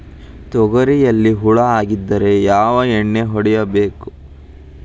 ತೊಗರಿಯಲ್ಲಿ ಹುಳ ಆಗಿದ್ದರೆ ಯಾವ ಎಣ್ಣೆ ಹೊಡಿಬೇಕು?